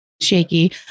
shaky